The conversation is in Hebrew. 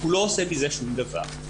הוא לא עושה מזה שום דבר.